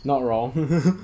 not wrong